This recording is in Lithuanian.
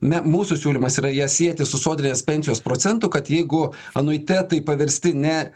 me mūsų siūlymas yra ją sieti su sodrinės pensijos procentu kad jeigu anuitetai paversti ne